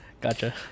Gotcha